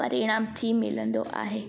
परिणाम थी मिलंदो आहे